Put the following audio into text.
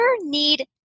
need